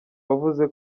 wavuze